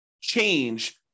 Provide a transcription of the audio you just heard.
change